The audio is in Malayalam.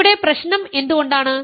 ഇവിടെ പ്രശ്നം എന്തുകൊണ്ടാണ്